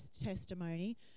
testimony